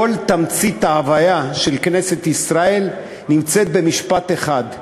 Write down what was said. כל תמצית ההוויה של כנסת ישראל נמצאת במשפט אחד,